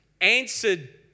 answered